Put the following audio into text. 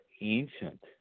ancient